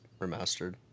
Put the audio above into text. remastered